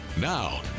Now